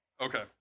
Okay